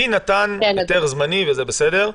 הדין נתן היתר זמני, וזה בסדר.